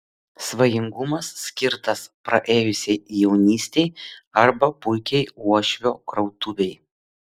svajingumas skirtas praėjusiai jaunystei arba puikiai uošvio krautuvei